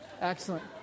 Excellent